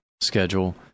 schedule